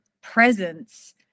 presence